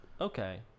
Okay